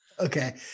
Okay